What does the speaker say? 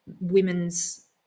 women's